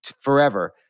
forever